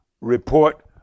report